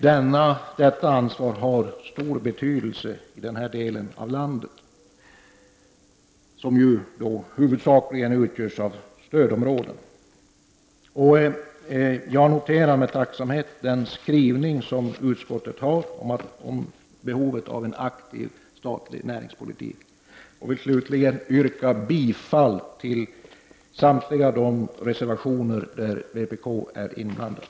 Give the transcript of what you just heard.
Detta ansvar har stor betydelse i denna del av landet, som ju huvudsakligen utgörs av stödområden. Jag noterar med tacksamhet vad utskottet skriver om behovet av en aktiv statlig näringspolitik. Jag vill slutligen yrka bifall till samtliga de reservationer som stöds av vpk.